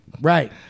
Right